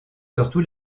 surtout